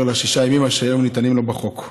לשישה ימים אשר היום ניתנים לו בחוק.